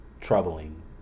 troubling